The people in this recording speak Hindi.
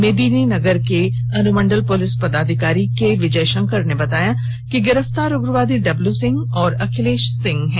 मेदिनीनगर के अनुमंडल पुलिस पदाधिकारी के विजय शंकर ने बताया कि गिरफ्तार उग्रवादी डबलू सिंह और अखिलेश सिंह हैं